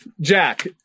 jack